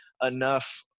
enough